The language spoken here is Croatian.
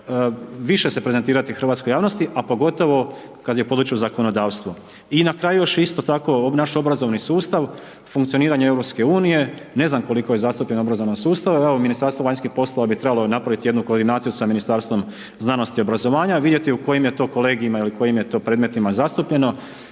više se prezentirati hrvatskoj javnosti a pogotovo kada je u području zakonodavstvo. I na kraju još je isto tako, naš obrazovni sustav, funkcioniranje EU, ne znam koliko je zastupljen obrazovan sustav, evo Ministarstvo vanjskih poslova bi trebalo napraviti jednu koordinaciju sa Ministarstvom znanosti i obrazovanja, vidjeti u kojim je to kolegijima ili u kojim je to predmetnima zastupljeno,